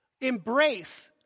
Embrace